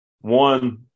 One